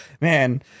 man